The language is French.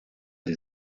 des